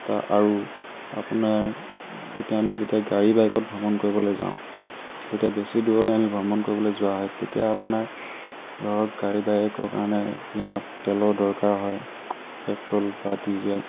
তাৰ আৰু আপোনাৰ এতিয়া আমি যেতিয়া গাড়ী বাইকত ভ্ৰমণ কৰিবলৈ যাওঁ তেতিয়া বেছি দূৰলৈ আমি ভ্ৰমণ কৰিবলৈ যোৱা হয় তেতিয়া আপোনাৰ ধৰক গাড়ী বাইকৰ কাৰণে যি আমাক তেলৰ দৰকাৰ হয় পেট্ৰ'ল বা ডিজেল